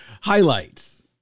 highlights